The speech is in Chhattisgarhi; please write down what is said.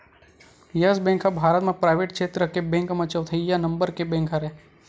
यस बेंक ह भारत म पराइवेट छेत्र के बेंक म चउथइया नंबर के बेंक हरय